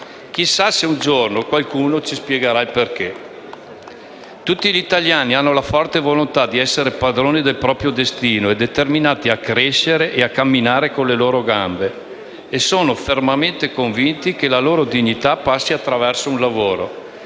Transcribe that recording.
Chissà se un giorno qualcuno ci spiegherà il perché. Tutti gli italiani hanno la forte volontà di essere padroni del proprio destino, determinati a crescere e camminare con le proprie gambe e fermamente convinti che la loro dignità passi attraverso un lavoro.